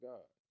God